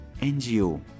NGO